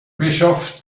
bischof